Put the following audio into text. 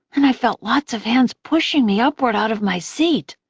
and i felt lots of hands pushing me upward out of my seat,